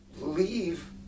leave